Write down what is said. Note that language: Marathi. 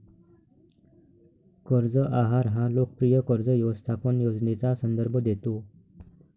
कर्ज आहार हा लोकप्रिय कर्ज व्यवस्थापन योजनेचा संदर्भ देतो